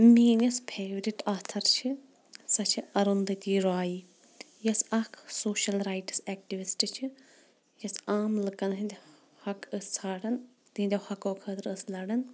میٲنۍ یۄس favourite author چھِ سۄ چھِ ارُن دتی رواے یۄس اکھ سوشل رایٹس اٮ۪کٹویسٹ چھِ یۄس عام لُکن ہٕنٛدۍ حق ٲس ژھانڈان تہنٛدٮ۪و حقو خٲطرٕٕ ٲس لڈان